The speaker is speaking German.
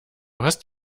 hast